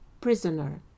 prisoner